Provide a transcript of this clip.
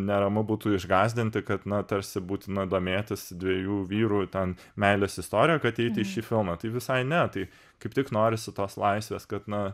neramu būtų išgąsdinti kad na tarsi būtina domėtis dviejų vyrų ten meilės istorija kad eiti į šį filmą tai visai ne tai kaip tik norisi tos laisvės kad na